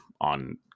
on